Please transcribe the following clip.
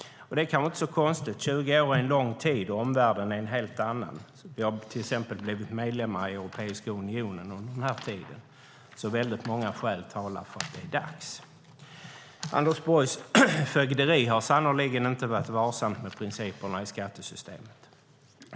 Det är kanske inte så konstigt. 20 år är en lång tid, och omvärlden är en helt annan nu. Vi har till exempel blivit medlemmar i Europeiska unionen under den tiden. Väldigt många skäl talar för att det är dags. Anders Borgs fögderi har sannerligen inte varit varsamt med principerna i skattesystemet.